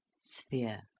sphere.